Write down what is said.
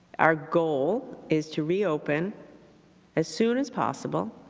our goal is to reopen as soon as possible,